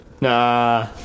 Nah